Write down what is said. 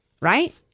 right